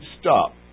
stop